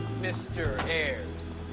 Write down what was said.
mr. ayers?